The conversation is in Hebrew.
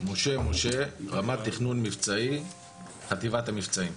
אני רמ"ד תכנון מבצעי בחטיבת המבצעים.